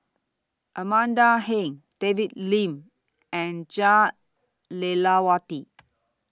Amanda Heng David Lim and Jah Lelawati